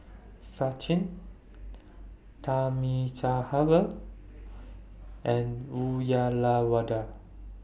Sachin Thamizhavel and Uyyalawada